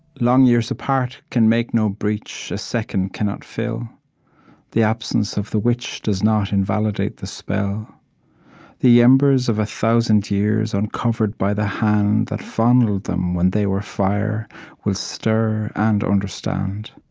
long years apart can make no breach a second cannot fill the absence of the witch does not invalidate the spell the embers of a thousand years uncovered by the hand that fondled them when they were fire will stir and understand